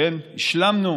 השלמנו